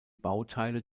bauteile